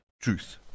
truth